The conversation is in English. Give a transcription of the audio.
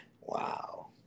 Wow